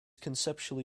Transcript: conceptually